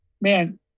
man